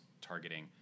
targeting